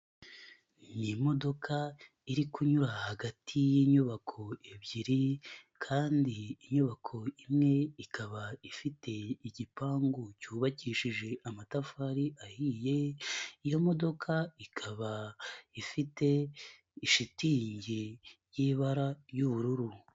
Ni imodoka iri kunyura hagati y'inyubako ebyiri kandi inyubako imwe ikaba ifite igipangu cyubakishije amatafari ahiye, iyo modoka ikaba ifite shitingi y'ibara ry'ubururu.